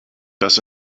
das